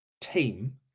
team